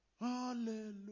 Hallelujah